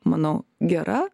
manau gera